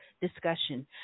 discussion